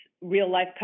real-life